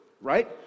right